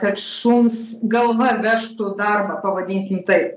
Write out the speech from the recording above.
kad šuns galva vežtų darbą pavadinkim tai